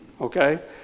okay